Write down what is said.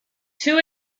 two